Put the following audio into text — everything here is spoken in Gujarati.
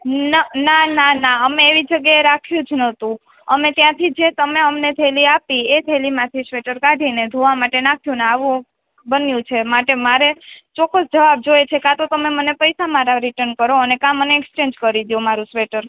હંમ ના ના ના અમે એવી જગ્યાએ રાખ્યું જ નતું અમે ત્યાંથી જે તમે અમને થેલી આપી એ થેલીમાંથી સ્વેટર કાઢીને ધોવા માટે નાખ્યું ને આવું બન્યું છે માટે મારે ચોખૂ જ જવાબ જોઈએ છે કાં તો તમે મને પૈસા મારા રિટર્ન કરો અને કાં મને એક્સ્ચેંજ કરી દીઓ મારુ સ્વેટર